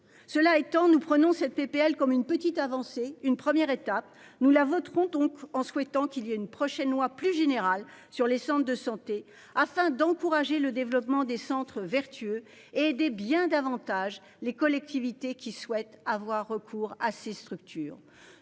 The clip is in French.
cela étant nous prenons cette PPL comme une petite avancée, une première étape nous la voterons donc en souhaitant qu'il y a une prochaine loi plus général sur les centres de santé afin d'encourager le développement des centres vertueux et des bien davantage les collectivités qui souhaitent avoir recours à ces structures